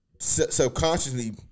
subconsciously